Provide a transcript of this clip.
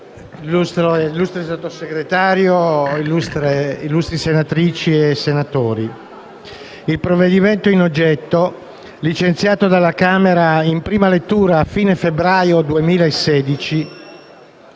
il provvedimento in oggetto, licenziato dalla Camera in prima lettura a fine febbraio 2016